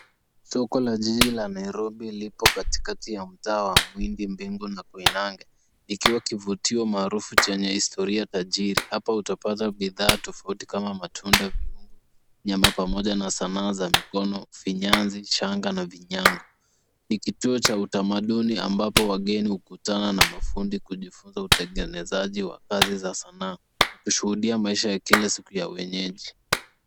Soko la jiji la Nairobi lipo katikati ya mtaa wa Muindi Mbingu na Koinange, likiwa kivutio maarufu chenye historia tajiri. Hapa utapata bidhaa tofauti kama matunda, viungu, nyama pamoja na sanaa za mikono, vinyanzi, shanga na vinyago. Ni kituo cha utamaduni ambapo wageni hukutana na mafundi kujifunza utengenezaji wa kazi za sanaa na kushuhudia maisha ya kila siku ya wenyeji.